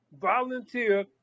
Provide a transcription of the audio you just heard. volunteer